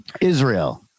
Israel